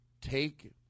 take